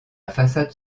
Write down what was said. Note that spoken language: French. façade